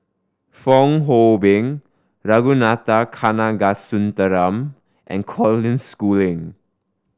Fong Hoe Beng Ragunathar Kanagasuntheram and Coden Schooling